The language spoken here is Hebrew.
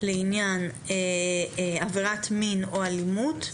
לעניין עבירת מין או אלימות,